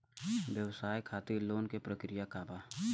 व्यवसाय खातीर लोन के प्रक्रिया का बा?